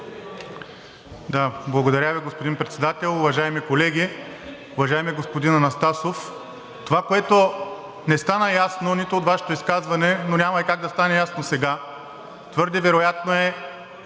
Благодаря Ви, господин Председател. Уважаеми колеги! Уважаеми господин Анастасов, това, което не стана ясно нито от Вашето изказване, но няма и как да стане ясно сега, твърде вероятно е,